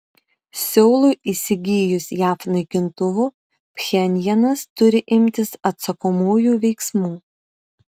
seului įsigijus jav naikintuvų pchenjanas turi imtis atsakomųjų veiksmų